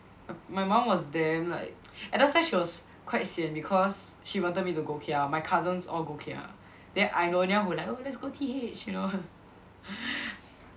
my mum was damn like at the start she was quite sian because she wanted me to go K_R my cousins all go K_R then I'm the only one who like oh let's go T_H you know